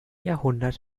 jahrhundert